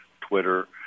Twitter